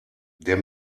der